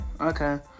Okay